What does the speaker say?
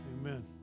amen